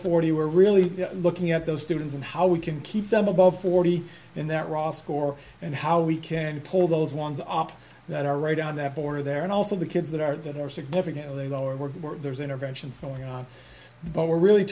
forty who are really looking at those students and how we can keep them above forty and that raw score and how we can pull those ones up that are right on that border there and also the kids that are that are significantly lower where there's interventions going on but we're really